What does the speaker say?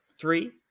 Three